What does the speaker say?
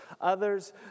Others